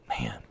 Man